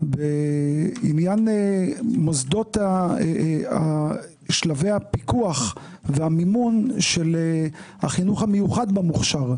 בעניין מוסדות שלבי הפיקח והמימון של החינוך המיוחד במוכשר,